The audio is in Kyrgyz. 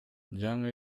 жаңы